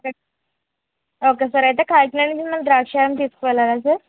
okay sir అయితే కాకినాడ నుంచి మిమ్మల్ని ద్రాక్షారం తీసుకు వెళ్లాలా సార్